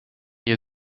you